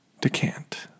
decant